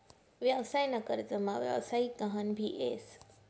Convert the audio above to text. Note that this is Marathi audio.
व्यवसाय ना कर्जमा व्यवसायिक गहान भी येस